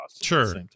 sure